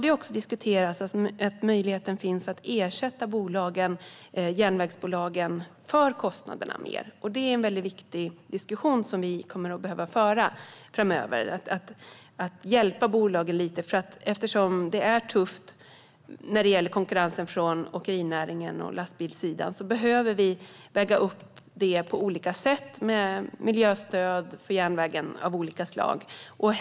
Att möjligheten finns att ersätta järnvägsbolagen mer för kostnaderna har diskuterats. Det är en viktig diskussion som vi kommer att behöva föra. Det handlar om att hjälpa bolagen lite. Det är tufft när det gäller konkurrensen från åkerinäringen och lastbilssidan, och då behöver vi väga upp det på olika sätt med miljöstöd för järnvägen av olika slag.